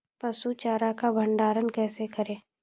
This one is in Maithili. पसु चारा का भंडारण कैसे करें?